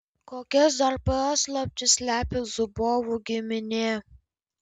kokias dar paslaptis slepia zubovų giminė